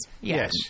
Yes